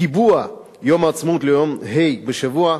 קיבוע יום העצמאות ליום ה' בשבוע,